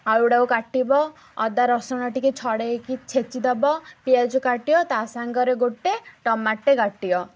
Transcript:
ଆଳୁ ଗୁଡ଼ାକୁ କାଟିବ ଅଦା ରସୁଣ ଟିକେ ଛଡ଼େଇକି ଛେଚି ଦବ ପିଆଜ କାଟିବ ତା ସାଙ୍ଗରେ ଗୋଟେ ଟୋମାଟୋ କାଟିବ